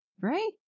right